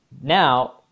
Now